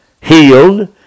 healed